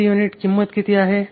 प्रति युनिट किंमत किती आहे